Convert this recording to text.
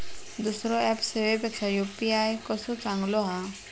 दुसरो ऍप सेवेपेक्षा यू.पी.आय कसो चांगलो हा?